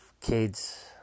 kids